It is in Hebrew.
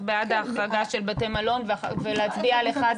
בעד ההחרגה של בתי מלון ולהצביע על אחד --- כן,